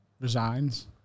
Resigns